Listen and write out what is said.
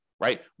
right